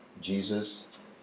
Jesus